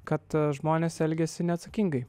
kad žmonės elgiasi neatsakingai